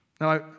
Now